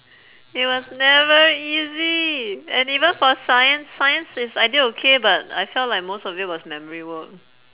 it was never easy and even for science science is I did okay but I felt like most of it was memory work